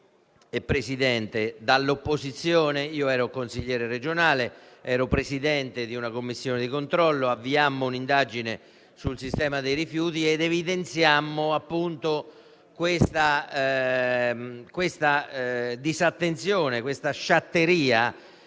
e Presidente, dall'opposizione - ricordo che ero consigliere regionale e presidente di una commissione di controllo - avviammo un'indagine sul sistema dei rifiuti, evidenziando questa disattenzione, questa sciatteria,